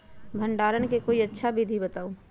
भंडारण के कोई अच्छा विधि बताउ?